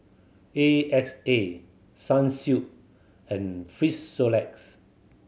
A X A Sunsilk and Frisolac